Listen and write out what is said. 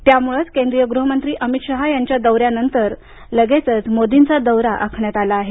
त्यामुळंच केंद्रीय गृहमंत्री अमित शहा यांच्या दौऱ्यानंतर लगेचच मोदींचा दौरा आखण्यात आला आहे